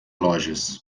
lojas